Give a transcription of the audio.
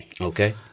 Okay